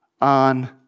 on